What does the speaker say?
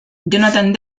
jonathan